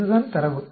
இதுதான் தரவு